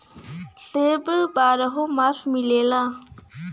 सेब बारहो मास मिलला